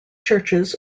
churches